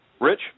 Rich